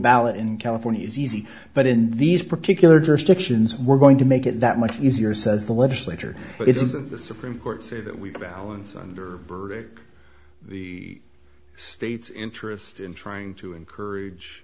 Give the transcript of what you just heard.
ballot in california is easy but in these particular jurisdictions we're going to make it that much easier says the legislature but it isn't the supreme court say that we balance under burdick the state's interest in trying to encourage